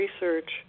research